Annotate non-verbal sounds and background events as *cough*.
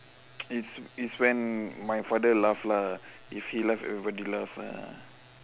*noise* it's it;s when my father laugh lah if he laugh everybody laugh ah